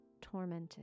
tormented